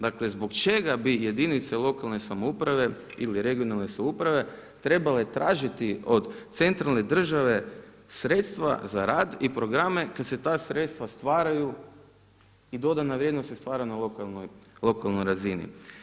Dakle zbog čega bi jedinice lokalne ili regionalne samouprave trebale tražiti od centralne države sredstva za rad i programe kada se ta sredstva stvaraju i dodana vrijednost se stvara na lokalnoj razini.